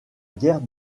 guerre